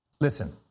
listen